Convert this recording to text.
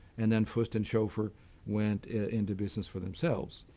and then fust and schoeffer went into business for themselves,